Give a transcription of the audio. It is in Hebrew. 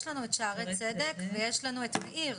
יש לנו את שערי צדק ויש לנו את מאיר.